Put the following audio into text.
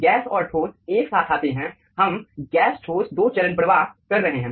gas और ठोस एक साथ आते हैं हम गैस ठोस दो चरण प्रवाह कर रहे हैं